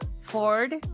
Ford